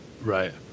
Right